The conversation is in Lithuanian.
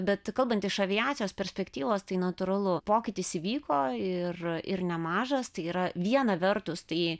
bet kalbant iš aviacijos perspektyvos tai natūralu pokytis įvyko ir ir nemažas tai yra viena vertus tai